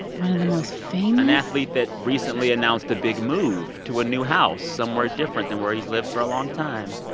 one of the most famous. an athlete that recently announced a big move to a new house somewhere different than where he's lived for a long time